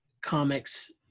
comics